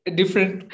different